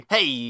Hey